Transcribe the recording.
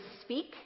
speak